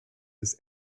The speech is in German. des